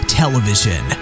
television